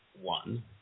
one